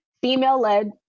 female-led